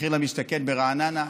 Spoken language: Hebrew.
מחיר למשתכן ברעננה.